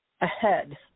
ahead